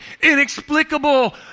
inexplicable